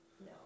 No